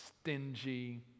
stingy